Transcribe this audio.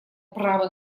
право